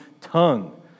tongue